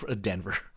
Denver